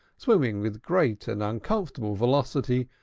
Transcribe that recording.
swimming with great and uncomfortable velocity,